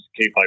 K5